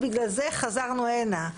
בגלל זה חזרנו הנה.